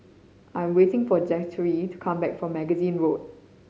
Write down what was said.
I am waiting for Zachery to come back from Magazine Road